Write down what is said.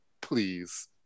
Please